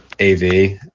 av